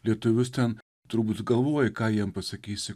lietuvius ten turbūt galvoji ką jiem pasakysi